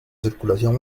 circulación